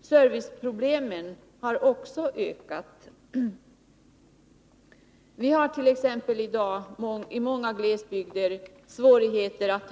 Serviceproblemen har också ökat. Vi har i dag i många glesbygder svårt för attt.ex.